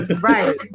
right